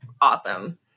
awesome